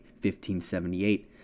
1578